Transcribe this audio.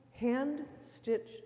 hand-stitched